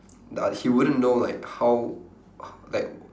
but he wouldn't like how h~ like